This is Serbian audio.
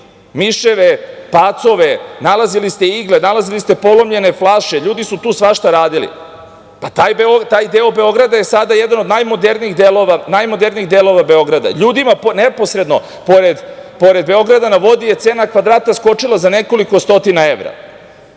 miševe, pacove, nalazili ste igle, nalazili ste polomljene flaše, ljudi su tu svašta radili. Pa, taj deo Beograda je sad jedan od najmodernijih delova Beograda. Ljudima neposredno pored „Beograda na vodi“ je cena kvadrata skočila za nekoliko stotina evra,